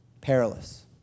perilous